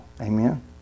Amen